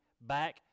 back